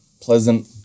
pleasant